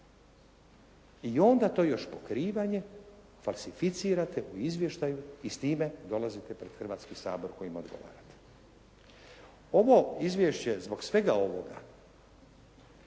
I onda to još pokrivanje falsificirate u izvještaju i s time dolazite pred Hrvatski sabor kojem odgovarate. Ovo izvješće zbog svega ovoga,